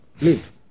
leave